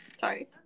Sorry